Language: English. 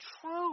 true